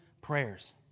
prayers